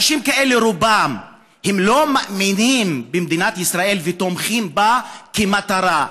אנשים אלה ברובם לא מאמינים במדינת ישראל ותומכים בה כמטרה.